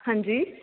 ਹਾਂਜੀ